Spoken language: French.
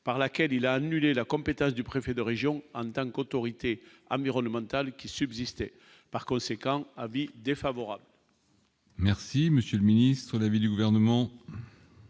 par laquelle il a annulé la compétence du préfet de région en tant qu'autorité amiraux le mental qui subsistaient par conséquent avis défavorable.